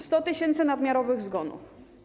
100 tys. nadmiarowych zgonów.